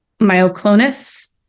myoclonus